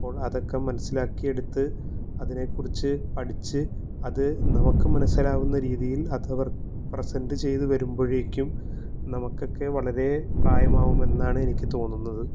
അപ്പോൾ അതൊക്കെ മനസ്സിലാക്കിയെടുത്ത് അതിനെകുറിച്ച് പഠിച്ച് അത് നമുക്ക് മനസ്സിലാകുന്ന രീതിയിൽ അതവർ പ്രസെന്റ് ചെയ്ത് വരുമ്പോഴേക്കും നമുക്കൊക്കെ വളരെ പ്രായമാകുമെന്നാണ് എനിക്ക് തോന്നുന്നത്